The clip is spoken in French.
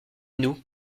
nous